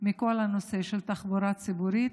מכל הנושא של התחבורה הציבורית.